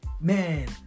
man